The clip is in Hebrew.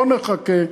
לא נחכה.